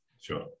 Sure